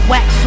Wax